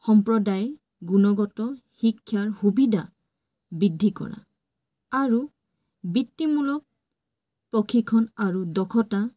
সম্প্ৰদায় গুণগত শিক্ষাৰ সুবিধা বৃদ্ধি কৰা আৰু বৃত্তিমূলক প্ৰশিক্ষণ আৰু দক্ষতা